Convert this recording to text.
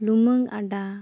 ᱞᱩᱢᱟᱹᱝ ᱟᱰᱟ